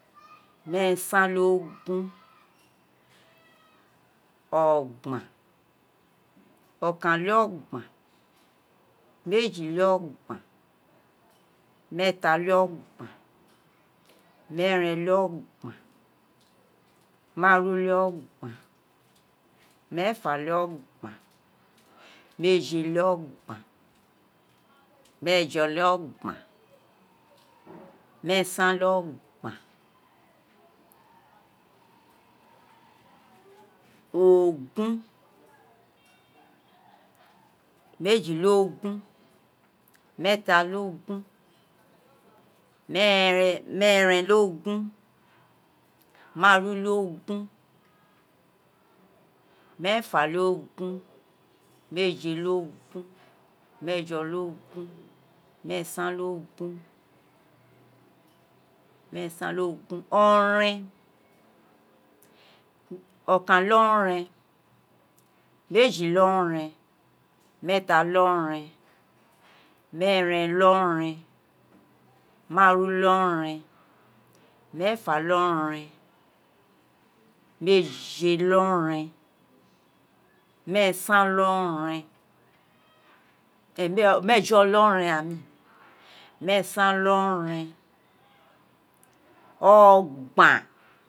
meesan-leogun ogbin okan-le-ogban, meji-le-ogban meeta-le-ogban meere̱n-le-ogban meefa-le-o̱gban, meejé-le-ogban, meejo̱-le-o̱gban meesan-le-o̱gban ogun, meeji-le-ogun, meeta-le-ogun meeren-le-ogun, maaru-le-ogun, meefa-le- ogun, meeje-le-ogun meejo̱-le-ogun, meesan-le-ogun meesan-le-ogun o̱re̱n okan-le-ore̱n me̱je-le-o̱re̱n meeta-le-o̱re̱n maaru-le-oren, meefa-le-oren, meejé-le-oren, meesan-le-oren meejo-le-oren meesan-le-o̱re̱n o̱gban.